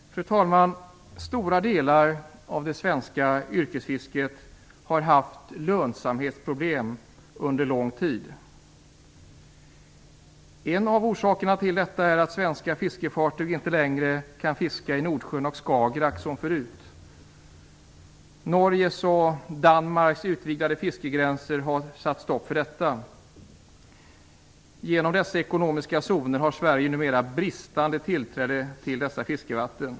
Fru talman! Stora delar av det svenska yrkesfisket har haft lönsamhetsproblem under lång tid. En av orsakerna till detta är att svenska fiskefartyg inte längre kan fiska i Nordsjön och Skagerrak som förut. Norges och Danmarks utökade fiskegränser har satt stopp för detta. Genom dessa ekonomiska zoner har Sverige numera bristande tillträde till dessa fiskevatten.